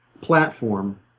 platform